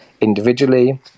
individually